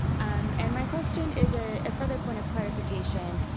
and and my question is a further point of clarification,